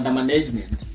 management